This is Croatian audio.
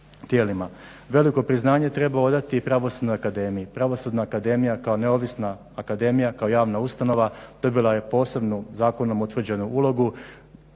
Veliko priznanje treba odati i Pravosudnoj akademiji. Pravosudna akademija kao neovisna akademija, kao javna ustanova, dobila je posebnu zakonom utvrđenu ulogu